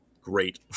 great